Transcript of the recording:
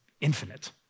infinite